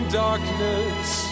darkness